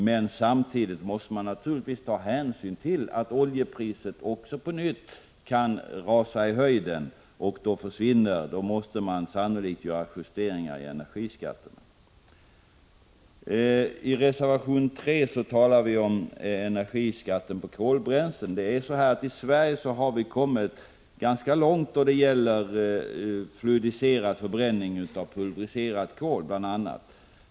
Men samtidigt måste man självfallet ta hänsyn till att oljepriset på nytt kan rusa i höjden. Om det gör det, måste man sannolikt återigen göra justeringar i fråga om energiskatterna. Reservation 3 handlar om energiskatten på kolbränslen. I Sverige har vi ju kommit ganska långt då det gäller fluidiserad förbränning av bl.a. pulvriserat kol.